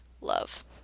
love